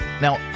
Now